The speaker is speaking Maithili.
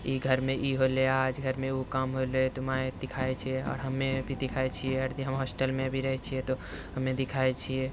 ई घरमे ई होलै आज घरमे उ काम होलै तऽ माय दिखाबै छै आओर हमे भी दिखाय छियै हम हॉस्टलमे भी रहै छियै तऽ हमे दिखाय छियै